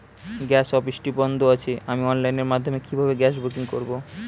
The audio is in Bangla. গ্যাস অফিসটি বন্ধ আছে আমি অনলাইনের মাধ্যমে কিভাবে গ্যাস বুকিং করব?